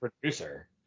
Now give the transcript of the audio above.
producer